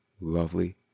lovely